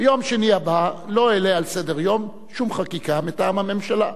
ביום שני הבא לא אעלה על סדר-היום שום חקיקה מטעם הממשלה,